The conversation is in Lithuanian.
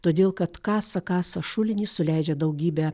todėl kad kasa kasa šulinį suleidžia daugybę